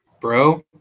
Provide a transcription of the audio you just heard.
Bro